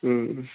उम